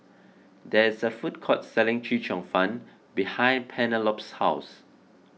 there is a food court selling Chee Cheong Fun behind Penelope's house